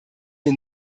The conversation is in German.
wir